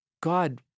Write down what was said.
God